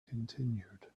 continued